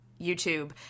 YouTube